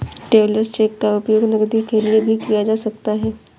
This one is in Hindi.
ट्रैवेलर्स चेक का उपयोग नकदी के लिए भी किया जा सकता है